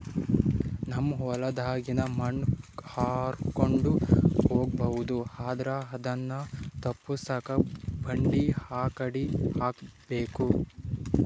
ನಮ್ ಹೊಲದಾಗಿನ ಮಣ್ ಹಾರ್ಕೊಂಡು ಹೋಗಬಾರದು ಅಂದ್ರ ಅದನ್ನ ತಪ್ಪುಸಕ್ಕ ಬಂಡಿ ಯಾಕಡಿ ಹಾಕಬೇಕು?